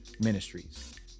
Ministries